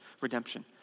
Redemption